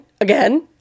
again